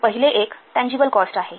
तर पहिले एक टँजिबल कॉस्ट आहे